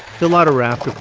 fill out a rack of